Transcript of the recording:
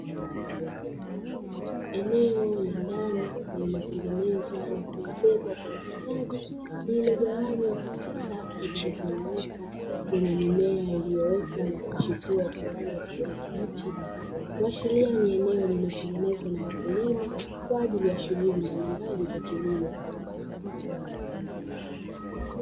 Eneo la ndani lililotengenezwa na kuezekwa kwa ustadi lililogawanywa katika safu zilizonyooka, zenye mimea iliyoota na kuchipua kwa rangi ya kijani kibichi, kuashiria ni eneo lililotengenezwa na wakulima kwa ajili ya shughuli mbalimbali za kilimo.